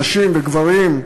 נשים וגברים,